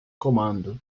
comando